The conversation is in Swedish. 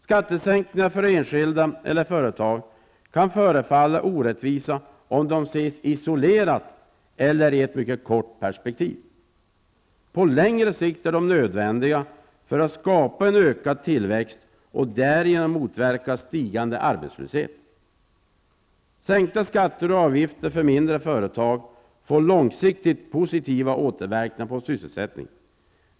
Skattesänkningar för enskilda eller företag kan förefalla orättvisa om de ses isolerat eller i ett kort perspektiv. På längre sikt är de nödvändiga för att skapa en ökad tillväxt och därigenom motverka stigande arbetslöshet. Sänkta skatter och avgifter för mindre företag får långsiktigt positiva återverkningar på sysselsättningen.